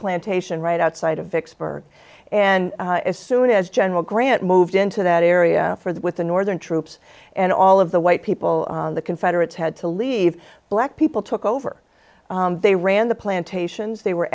plantation right outside of vicksburg and as soon as general grant moved into that area for that with the northern troops and all of the white people the confederates had to leave black people took over they ran the plantations they were